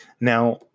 now